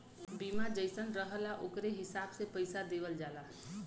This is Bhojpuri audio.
बीमा जइसन रहला ओकरे हिसाब से पइसा देवल जाला